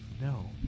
No